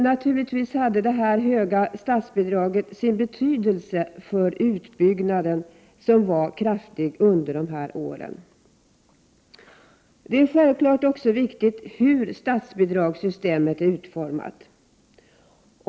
Naturligtvis hade det höga statsbidraget sin betydelse för utbyggnaden, som under dessa år var kraftig. Självfallet är det också viktigt hur statsbidragssystemet är utformat.